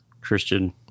Christian